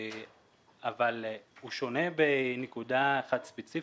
אבל הוא שונה בנקודה אחת ספציפית,